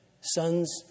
Sons